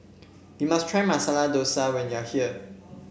you must try Masala Dosa when you are here